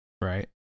Right